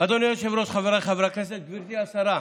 אדוני היושב-ראש, חבריי חברי הכנסת, גברתי השרה,